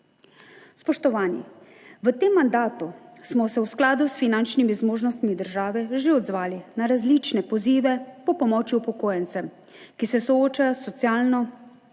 Spoštovani! V tem mandatu smo se v skladu s finančnimi zmožnostmi države že odzvali na različne pozive po pomoči upokojencem, ki se soočajo s socialno stisko